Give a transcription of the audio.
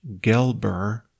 Gelber